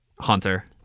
Hunter